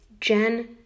jen